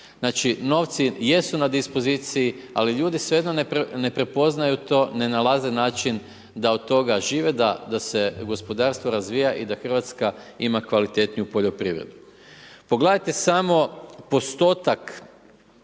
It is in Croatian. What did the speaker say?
Znači novci jesu na dispoziciji ali ljudi svejedno ne prepoznaju to, ne nalaze način da od toga žive, da se gospodarstvo razvija i da Hrvatska ima kvalitetniju poljoprivredu. Pogledajte samo postotak